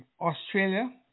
Australia